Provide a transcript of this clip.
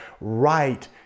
right